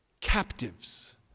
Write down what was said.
captives